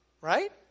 right